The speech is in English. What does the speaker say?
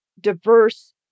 diverse